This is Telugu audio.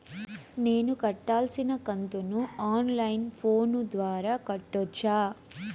నేను కట్టాల్సిన కంతును ఆన్ లైను ఫోను ద్వారా కట్టొచ్చా?